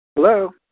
Hello